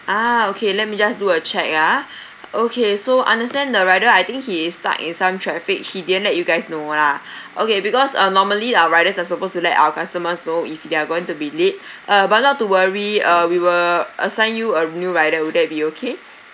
ah okay let me just do a check ah okay so understand the rider I think he is stuck in some traffic he didn't let you guys know lah okay because um normally our riders are supposed to let our customers know if they are going to be late uh but not to worry uh we will assign you a new rider would that be okay